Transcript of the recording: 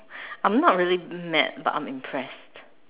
I'm not really mad but I'm impressed